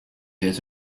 has